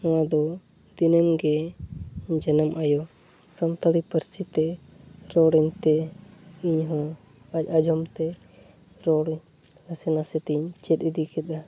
ᱚᱱᱟᱫᱚ ᱫᱤᱱᱟᱹᱢᱜᱮ ᱡᱟᱱᱟᱢ ᱟᱭᱳ ᱥᱟᱱᱛᱟᱲᱤ ᱯᱟᱹᱨᱥᱤᱛᱮ ᱨᱚᱲᱟᱹᱧᱛᱮ ᱤᱧᱦᱚᱸ ᱟᱡ ᱟᱸᱡᱚᱢᱛᱮ ᱨᱚᱲᱟᱹᱧ ᱱᱟᱥᱮ ᱱᱟᱥᱮᱛᱮᱧ ᱪᱮᱫ ᱤᱫᱤ ᱮᱠᱫᱟ